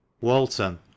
Walton